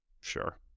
Sure